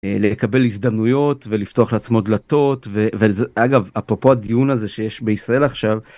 לקבל הזדמנויות ולפתוח לעצמו דלתות וזה אגב אפרופו הדיון הזה שיש בישראל עכשיו.